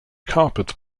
carpet